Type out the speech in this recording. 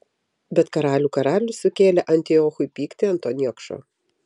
bet karalių karalius sukėlė antiochui pyktį ant to niekšo